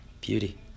beauty